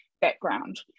background